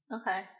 Okay